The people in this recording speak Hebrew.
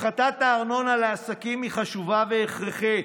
הפחתת הארנונה לעסקים היא חשובה והכרחית,